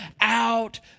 out